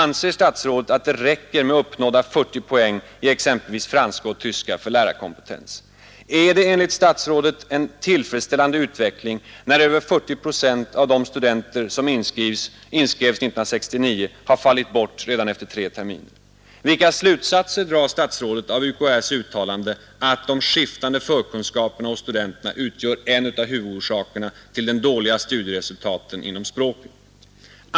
Anser statsrådet att det räcker med uppnådda 40 poäng i exempelvis franska och tyska för lärarkompetens? S. Är det enligt statsrådet en tillfredsställande utveckling när över 40 procent av de studenter som inskrevs 1969 har fallit bort redan efter tre terminer? 6. Vilka slutsatser drar statsrådet av UKÄs uttalande att ”de skiftande förkunskaperna hos studenterna utgör en utav huvudorsakerna till de dåliga studieresultaten inom språken”? 7.